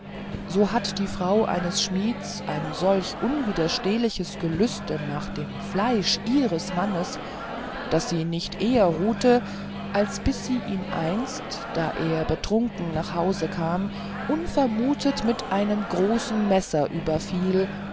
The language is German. so hatte die frau eines schmieds ein solch unwiderstehliches gelüste nach dem fleisch ihres mannes daß sie nicht eher ruhte als bis sie ihn einst da er betrunken nach hause kam unvermutet mit einem großen messer überfiel